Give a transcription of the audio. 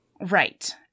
Right